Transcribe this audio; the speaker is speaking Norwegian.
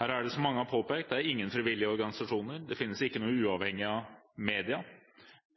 Her er det, som man har påpekt, ingen frivillige organisasjoner. Det finnes ikke uavhengige medier.